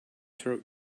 throat